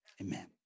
Amen